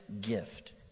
gift